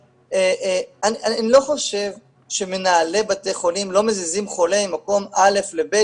אני לא חושב שמנהלי בתי חולים לא מזיזים חולה ממקום א' ל-ב'